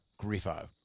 Griffo